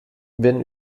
wenn